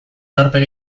aurpegi